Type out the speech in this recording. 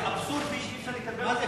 אבסורדי שאי-אפשר לקבל אותו.